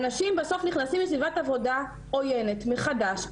אנשים נכנסים לסביבת עבודה עוינת מחדש,